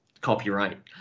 copyright